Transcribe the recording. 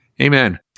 Amen